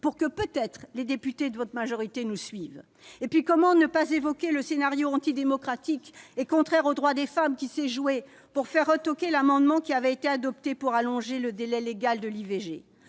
afin que, peut-être, les députés de votre majorité nous suivent. Par ailleurs, comment ne pas évoquer le scénario antidémocratique et contraire aux droits des femmes qui s'est joué pour faire retoquer l'amendement qui avait été adopté pour allonger le délai légal de l'IVG ?